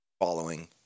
following